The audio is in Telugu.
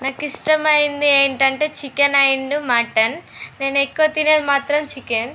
నాకు ఇష్టమైంది ఏంటంటే చికెన్ అండ్ మటన్ నేను ఎక్కువ తినేది మాత్రం చికెన్